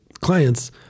clients